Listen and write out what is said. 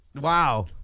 Wow